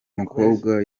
mukobwa